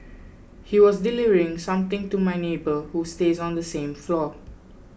he was delivering something to my neighbour who stays on the same floor